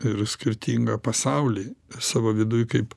ir skirtingą pasaulį savo viduj kaip